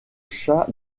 chat